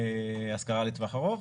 השכרה לטווח ארוך.